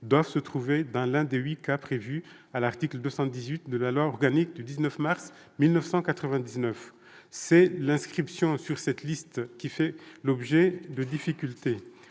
doivent se trouver dans l'un des huit cas prévus à l'article 218 de la loi organique du 19 mars 1999. C'est l'inscription sur cette troisième liste qui fait l'objet de difficultés.